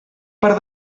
per